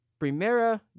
Primera